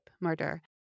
murder